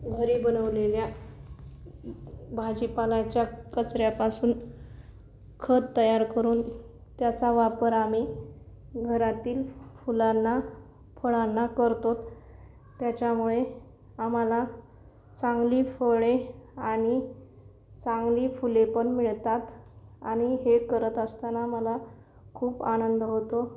घरी बनवलेल्या भाजीपालाच्या कचऱ्यापासून खत तयार करून त्याचा वापर आम्ही घरातील फुलांना फळांना करतो त्याच्यामुळे आम्हाला चांगली फळे आणि चांगली फुले पण मिळतात आणि हे करत असताना मला खूप आनंद होतो